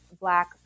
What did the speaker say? black